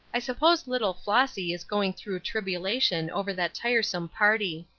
i suppose little flossy is going through tribulation over that tiresome party.